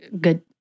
good